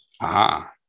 aha